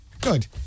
Good